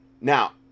Now